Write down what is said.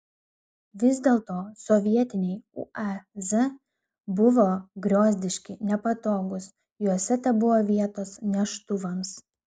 vis dėlto sovietiniai uaz buvo griozdiški nepatogūs juose tebuvo vietos neštuvams